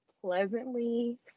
pleasantly